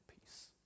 peace